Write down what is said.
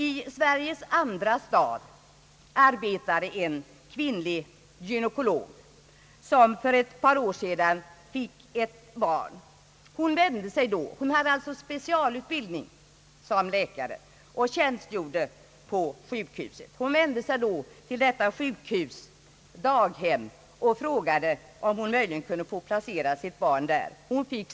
I Sveriges andra stad arbetade en kvinnlig gynekolog som för ett par år sedan fick ett barn. Hon hade alltså specialutbildning som läkare och tjänstgjorde på ett sjukhus i staden. Hon vände sig till det sjukhusets barnhem och frågade, om hon möjligen kunde få placera sitt barn där.